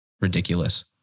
ridiculous